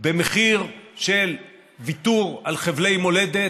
במחיר של ויתור על חבלי מולדת,